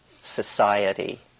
society